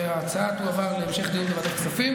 שההצעה תועבר להמשך דיון בוועדת כספים,